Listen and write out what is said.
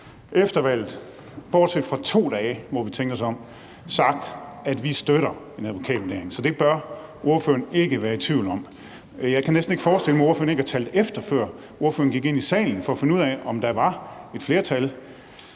efter valget, bortset fra 2 dage, hvor vi tænkte os om, sagt, at vi støtter en advokatvurdering. Så det bør ordføreren ikke være i tvivl om. Jeg kan næsten ikke forestille mig, at ordføreren ikke har talt efter, før ordføreren gik ind i salen, for at finde ud af, om der var et flertal,